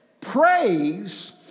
praise